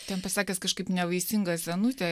ten pasakęs kažkaip nevaisinga senutė ir